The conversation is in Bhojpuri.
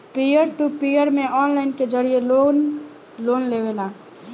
पियर टू पियर में ऑनलाइन के जरिए लोग लोन लेवेला